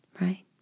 right